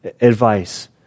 advice